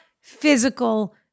physical